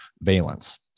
valence